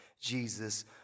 Jesus